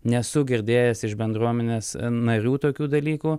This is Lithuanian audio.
nesu girdėjęs iš bendruomenės narių tokių dalykų